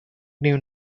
knew